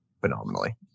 phenomenally